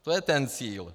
To je ten cíl.